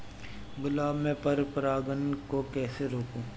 गुलाब में पर परागन को कैसे रोकुं?